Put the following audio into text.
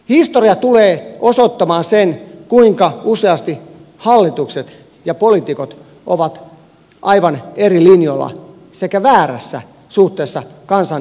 historia tulee osoittamaan sen kuinka useasti hallitukset ja poliitikot ovat aivan eri linjoilla sekä väärässä suhteessa kansan enemmistön tahtoon